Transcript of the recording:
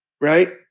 Right